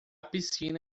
piscina